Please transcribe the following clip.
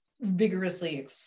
vigorously